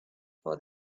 for